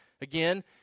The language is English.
Again